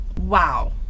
Wow